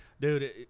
dude